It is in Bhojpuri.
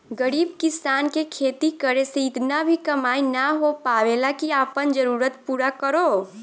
गरीब किसान के खेती करे से इतना भी कमाई ना हो पावेला की आपन जरूरत पूरा करो